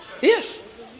Yes